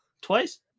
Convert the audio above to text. Twice